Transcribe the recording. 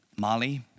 Molly